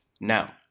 Now